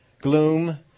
gloom